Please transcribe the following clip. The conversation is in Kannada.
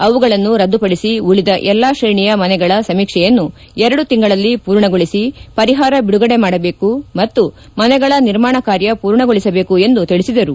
ಅವುಗಳನ್ನು ರದ್ದುಪಡಿಸಿ ಉಳಿದ ಎಲ್ಲ ತ್ರೇಣಿಯ ಮನೆಗಳ ಸಮೀಕ್ಷೆಯನ್ನು ಎರಡು ತಿಂಗಳಲ್ಲಿ ಪೂರ್ಣಗೊಳಿಸಿ ಪರಿಹಾರ ಬಿಡುಗಡೆ ಮಾಡಬೇಕು ಮತ್ತು ಮನೆಗಳ ನಿರ್ಮಾಣ ಕಾರ್ಯ ಪೂರ್ಣಗೊಳಿಸಬೇಕು ಎಂದು ತಿಳಿಸಿದರು